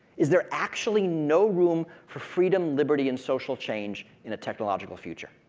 is there actually no room for freedom, liberty and social change in the technological future?